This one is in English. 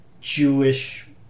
Jewish